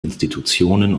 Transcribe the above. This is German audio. institutionen